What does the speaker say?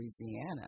Louisiana